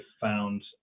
found